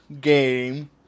game